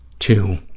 to